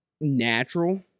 natural